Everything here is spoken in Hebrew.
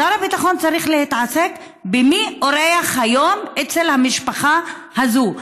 שר הביטחון צריך להתעסק במי אורח היום אצל המשפחה הזו,